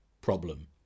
problem